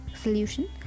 solution